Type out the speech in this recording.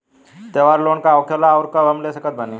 त्योहार लोन का होखेला आउर कब हम ले सकत बानी?